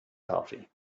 coffee